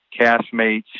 castmates